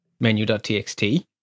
menu.txt